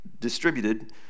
distributed